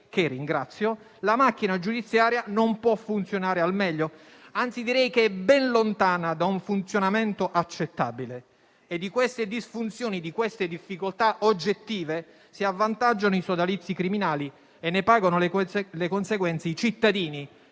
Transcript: che ringrazio, la macchina giudiziaria non può funzionare al meglio, anzi direi che è ben lontana da un funzionamento accettabile. Di queste disfunzioni e difficoltà oggettive si avvantaggiano i sodalizi criminali e ne pagano le conseguenze i cittadini,